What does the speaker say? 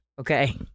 Okay